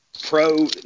pro